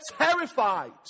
terrified